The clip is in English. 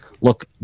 look